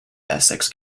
essex